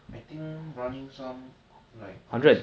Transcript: I think running some like